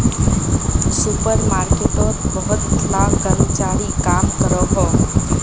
super मार्केटोत बहुत ला कर्मचारी काम करोहो